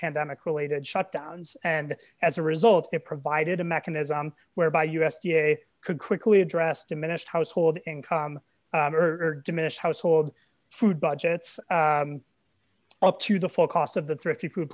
pandemic related shutdowns and as a result it provided a mechanism whereby u s d a could quickly address diminished household income or diminish household food budgets up to the full cost of the thrifty food